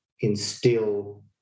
instill